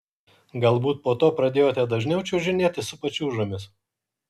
galbūt po to pradėjote dažniau čiuožinėti su pačiūžomis